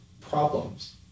problems